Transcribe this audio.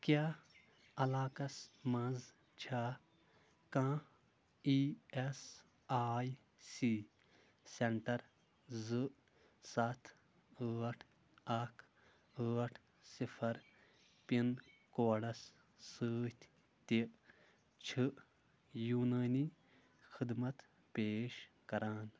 کیٛاہ علاقس مَنٛز چھےٚ کانٛہہ E S I C centre زٕ سَتھ ٲٹھ اکھ ٲٹھ صِفر پِن کوڈس سۭتۍ تہِ چھِ یوٗنٲنی خدمت پیش کران